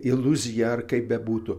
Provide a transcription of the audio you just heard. iliuzija ar kaip bebūtų